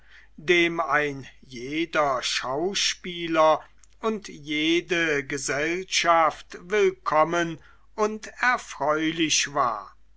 dem ein jeder schauspieler und jede gesellschaft willkommen und erfreulich war